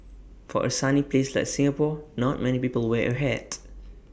for A sunny place like Singapore not many people wear A hat